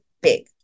big